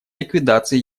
ликвидации